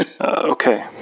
Okay